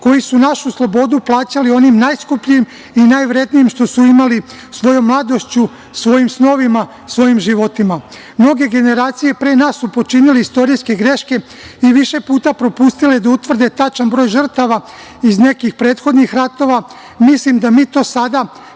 koji su našu slobodu plaćali onim najskupljim i najvrednijim što su imali, svojom mladošću, svojim snovima, svojim životima. Mnoge generacije pre nas su počinile istorijske greške i više puta propustili da utvrde tačan broj žrtava iz nekih prethodnih ratova. Mislim da mi to sada,